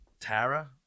Tara